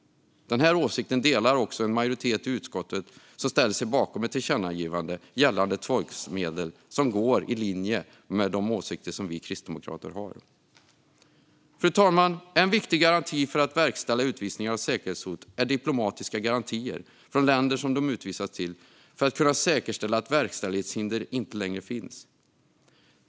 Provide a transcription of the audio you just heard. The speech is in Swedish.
Den här åsikten delar en majoritet i utskottet som ställer sig bakom ett tillkännagivande gällande tvångsmedel och som går i linje med de åsikter som vi kristdemokrater har. Fru talman! En viktig faktor för att verkställa utvisningar av säkerhetshot är diplomatiska garantier från länderna som de utvisas till för att kunna säkerställa att verkställighetshinder inte längre finns.